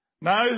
No